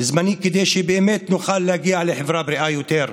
זמני כדי שבאמת נוכל להגיע לחברה בריאה יותר,